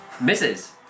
Misses